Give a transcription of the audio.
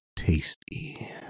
Tasty